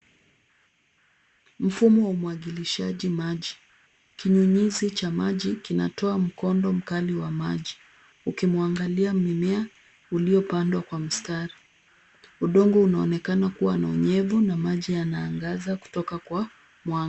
Mfumo wa umwagilishaji maji. Kinyunyizi cha maji kinatoa mkondo mkali wa maji ukimwangalia mimea uliopandwa kwa mstari. Udongo unaonekana kuwa na unyevu na maji yanaangaza kutoka kwa mwanga.